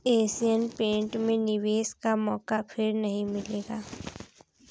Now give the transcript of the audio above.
Asian paint में निवेश का मौका फिर नही मिलेगा